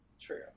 True